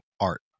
art